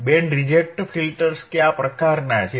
band reject filters કયા પ્રકારનાં છે